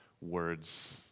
words